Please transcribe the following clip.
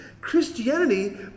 Christianity